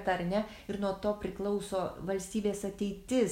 ta ar ne ir nuo to priklauso valstybės ateitis taip